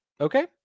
Okay